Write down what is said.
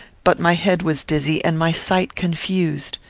but my head was dizzy and my sight confused.